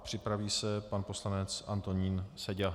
Připraví se pan poslanec Antonín Seďa.